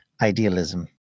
idealism